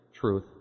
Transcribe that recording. truth